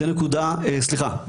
סליחה,